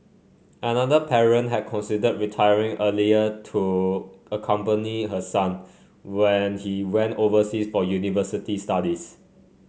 another parent had considered retiring earlier to accompany her son when he went overseas for university studies